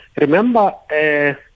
Remember